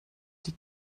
die